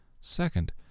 Second